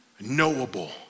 knowable